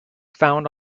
found